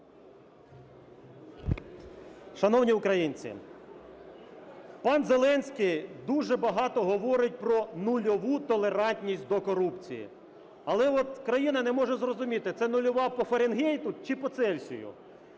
Шановні українці, пан Зеленський дуже багато говорить про нульову толерантність до корупції, але от країна не може зрозуміти, це нульова по Фаренгейту чи по Цельсію.